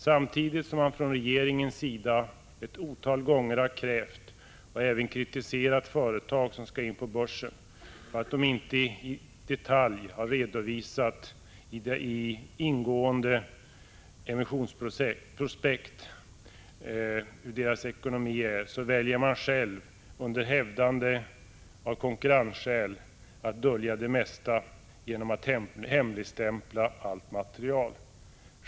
Samtidigt som regeringen ett otal gånger har kritiserat företag som skall introduceras på börsen för att de inte i detalj i emissionsprospekt har redovisat sin ekonomi, så väljer regeringen själv, åberopande konkurrensskäl, att dölja det mesta genom att hemligstämpla allt material.